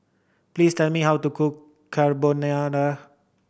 please tell me how to cook Carbonara